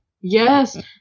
Yes